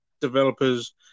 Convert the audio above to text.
developers